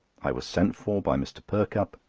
i was sent for by mr. perkupp,